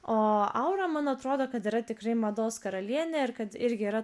o aura man atrodo kad yra tikrai mados karalienė ir kad irgi yra